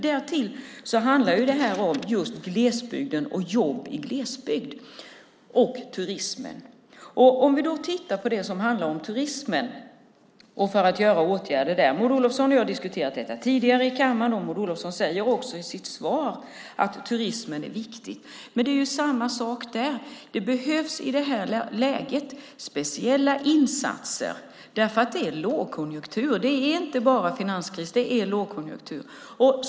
Därtill handlar detta just om glesbygden, om jobben i glesbygd och om åtgärder för turismen. Maud Olofsson och jag har diskuterat detta tidigare i kammaren. Maud Olofsson säger i sitt svar att turismen är viktig, men det är samma sak där: Det behövs speciella insatser i det här läget. Det är lågkonjunktur - inte bara finanskris utan lågkonjunktur.